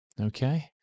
Okay